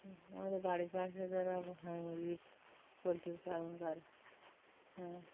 আমাদের বাড়ির পাশে যারা পোলট্রি পালনকারী হ্যাঁ